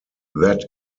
that